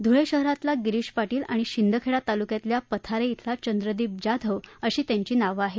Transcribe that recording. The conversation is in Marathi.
धुळे शहरातला गिरीश पाटील आणि शिंदखेडा तालुक्यातल्या पथारे शिला चंद्रदीप जाधव अशी त्यांची नावं आहेत